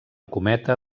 cometa